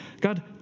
God